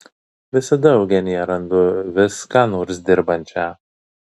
visada eugeniją randu vis ką nors dirbančią